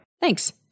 Thanks